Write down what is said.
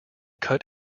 cut